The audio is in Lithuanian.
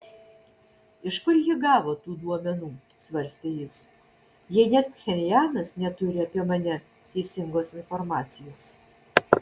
iš kur ji gavo tų duomenų svarstė jis jei net pchenjanas neturi apie mane teisingos informacijos